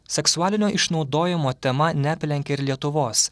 seksualinio išnaudojimo tema neaplenkė ir lietuvos